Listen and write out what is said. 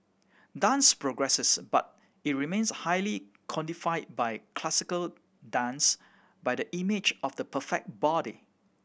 dance progresses but it remains highly codified by classical dance by the image of the perfect body